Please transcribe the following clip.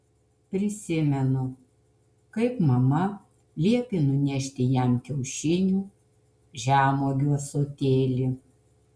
prisimenu kaip mama liepė nunešti jam kiaušinių žemuogių ąsotėlį